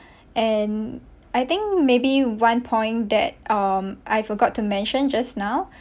and I think maybe one point that um I forgot to mention just now